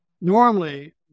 normally